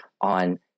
on